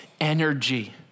energy